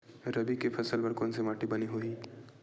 रबी के फसल बर कोन से माटी बने होही?